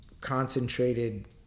concentrated